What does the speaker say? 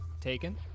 taken